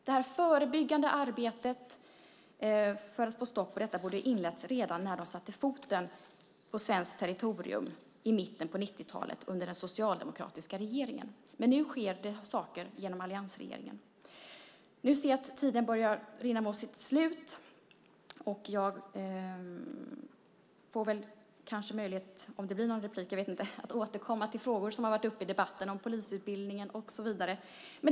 Det förebyggande arbetet för att få stopp på detta borde ha inletts redan när de satte foten på svenskt territorium i mitten av 90-talet under den socialdemokratiska regeringen. Nu sker det saker genom alliansregeringen. Jag får kanske möjlighet att återkomma till frågor om polisutbildningen och så vidare som har varit uppe i debatten.